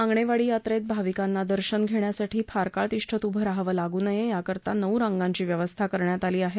आंगणेवाडी यात्रेत भाविकांना दर्शन घेण्यासाठी फार काळ तिष्ठत उभं राहावं लागू नये याकरता नऊ रांगांची व्यवस्था करण्यात आली आहे